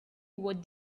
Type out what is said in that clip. what